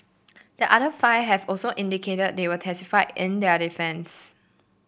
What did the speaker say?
the other five have also indicated they will testify in their defence